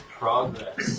progress